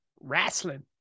Wrestling